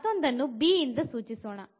ಮತ್ತೊಂದನ್ನು b ಇಂದ ಸೂಚಿಸೋಣ